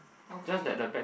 okay